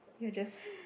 you're just